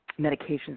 medications